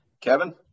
Kevin